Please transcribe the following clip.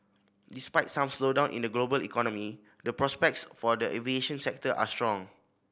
despite some slowdown in the global economy the prospects for the aviation sector are strong